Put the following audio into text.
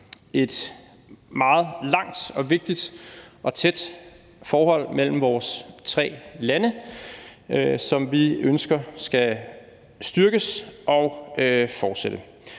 et meget langt og vigtigt og tæt forhold mellem vores tre lande, som vi ønsker skal styrkes og fortsætte.